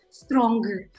stronger